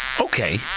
Okay